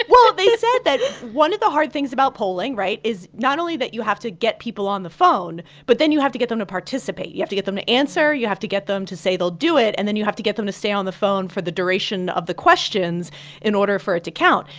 well, they said that one of the hard things about polling right? is not only that you have to get people on the phone, but then you have to get them to participate. you have to get them to answer. you have to get them to say they'll do it. and then you have to get them to stay on the phone for the duration of the questions in order for it to count.